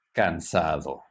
cansado